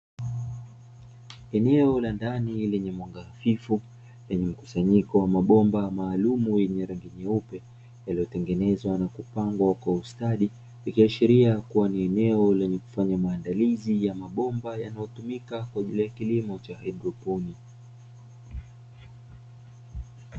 Eneo la ndani lenye mwanga hafifu, lenye mikusanyiko ya mabomba maalumu yenye rangi nyeupe, yaliyotengenezwa na kupangwa kwa ustadi. Ikiashiria kuwa ni eneo lenye kufanya maandalizi ya mabomba yanayotumika katika kilimo cha haidroponi.